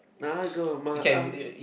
nah go my eye